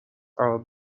are